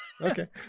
Okay